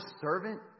servant